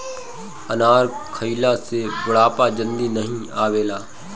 अनार खइला से बुढ़ापा जल्दी नाही आवेला